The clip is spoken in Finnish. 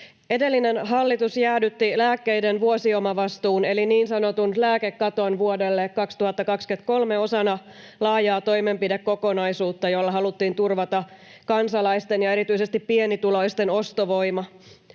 Edellinen hallitus jäädytti lääkkeiden vuosiomavastuun eli niin sanotun lääkekaton vuodelle 2023 osana laajaa toimenpidekokonaisuutta, jolla haluttiin turvata kansalaisten ja erityisesti pienituloisten ostovoima.